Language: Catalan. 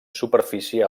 superfície